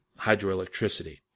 hydroelectricity